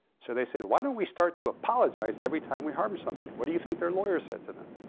so they said, why don't we start to apologize every time we harm somebody? what do you think their lawyer said to them?